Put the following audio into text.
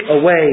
away